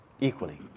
equally